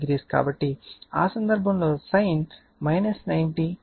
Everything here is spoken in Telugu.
కాబట్టి ఆ సందర్భంలో sin 90 1